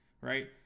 right